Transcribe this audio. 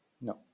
No